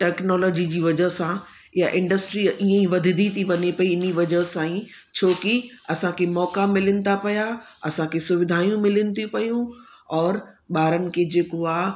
technology जी वजह सां इहा इंडस्ट्री ईअं ई वधंदी थी वञे पई इन्ही वजह सां ही छो कि असांखे मौक़ा मिलनि था पिया असांखे सुविधाऊं मिलनि थी पयूं और ॿारनि खे जेको आहे